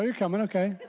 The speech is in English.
yeah coming. okay.